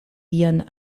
vian